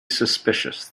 suspicious